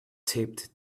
taped